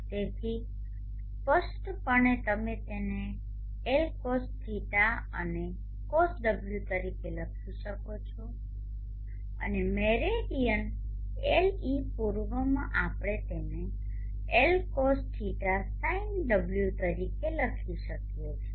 તેથી સ્પષ્ટપણે તમે તેને L cosδ અને cosω તરીકે લખી શકો છો અને મેરિડીયન Le પૂર્વમાં આપણે તેને Lcosδ sinω તરીકે લખી શકીએ છીએ